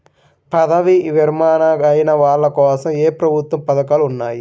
పదవీ విరమణ అయిన వాళ్లకోసం ఏ ప్రభుత్వ పథకాలు ఉన్నాయి?